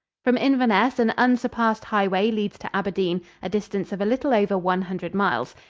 from inverness an unsurpassed highway leads to aberdeen, a distance of a little over one hundred miles.